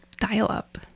dial-up